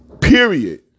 Period